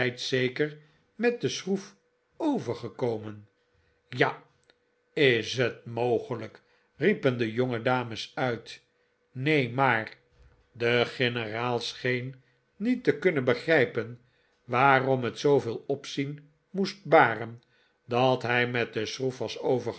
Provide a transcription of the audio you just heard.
zeker met de schroef overgekomen ja is het mogelijk riepen de jongedames uit neen maar de generaal scheen niet te kunnen begrijpen waarom het zooveel opzien moest baren dat hij met de schroef